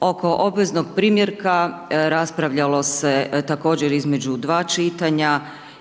Oko obveznog primjerka raspravljalo se također između dva čitanja